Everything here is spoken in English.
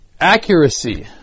accuracy